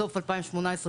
סוף 2018,